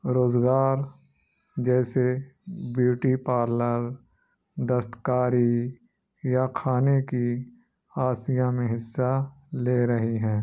روزگار جیسے beauty parlour دستکاری یا کھانے کی آسیہ میں حصہ لے رہی ہیں